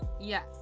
Yes